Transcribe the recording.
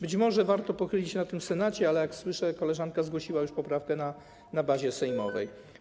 Być może warto pochylić się nad tym w Senacie, ale jak słyszę, koleżanka zgłosiła już poprawkę na etapie sejmowym.